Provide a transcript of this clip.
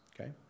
okay